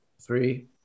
Three